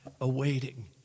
awaiting